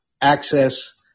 access